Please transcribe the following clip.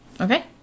Okay